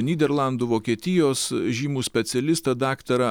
nyderlandų vokietijos žymų specialistą daktarą